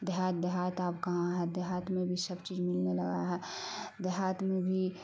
دیہات دیہات اب کہاں ہے دیہات میں بھی سب چیز ملنے لگا ہے دیہات میں بھی